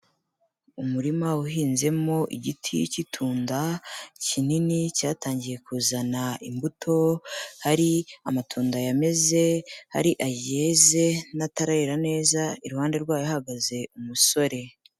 Umurima uhinzemo igiti cy'itunda kinini cyatangiye kuzana imbuto, hari amatunda yameze, hari ayeze n'atarera neza, iruhande rwayo hahagaze umusore.